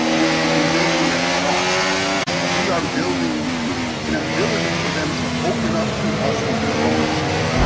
and in building their trust we are building an ability for them to open up to us and be vulnerable,